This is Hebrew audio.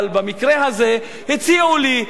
אבל במקרה הזה הציעו לי,